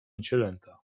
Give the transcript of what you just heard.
cielęta